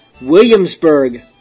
Williamsburg